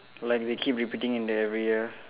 like they keep repeating in the every year